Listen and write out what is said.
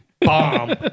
bomb